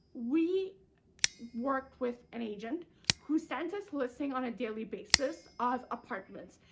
we worked with an agent who sent us listings on a daily basis of apartments,